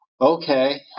okay